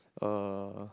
uh